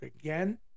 again